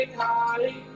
high